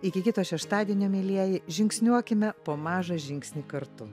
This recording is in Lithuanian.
iki kito šeštadienio mielieji žingsniuokime po mažą žingsnį kartu